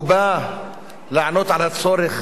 הוא בא לענות על הצורך